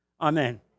Amen